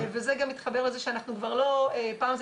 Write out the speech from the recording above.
זה גם מתחבר לזה שאנחנו כבר לא פעם זה